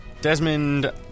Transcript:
Desmond